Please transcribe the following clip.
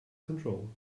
control